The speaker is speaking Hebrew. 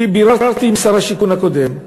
ביררתי עם שר השיכון הקודם,